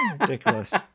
Ridiculous